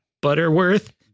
butterworth